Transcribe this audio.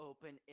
Open